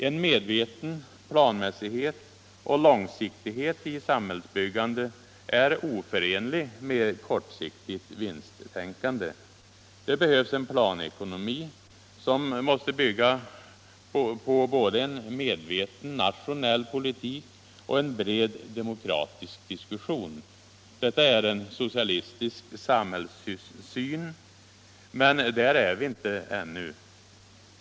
En medveten planmässighet och långsiktighet i samhällsbyggandet är oförenlig med kortsiktigt vinsttänkande. Det behövs en planekonomi, som måste bygga på både en medveten nationell politik och en bred demokratisk diskussion. Detta är en socialistisk samhällssyn. Men där är vi inte ännu.